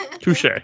Touche